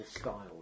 style